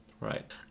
Right